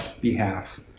behalf